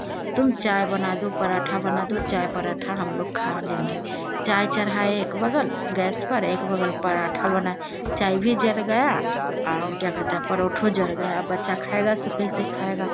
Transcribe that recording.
तुम चाय बना दो पराँठा बना दो चाय पराँठा हम लोग खा लेंगे चाय चढ़ाए एक बगल गैस पर और एक बगल पराँठा बना चाय भी जल गया और क्या कहते है परोठो जल गया अब बच्चा खाएगा सो कैसे खाएगा